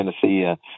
Tennessee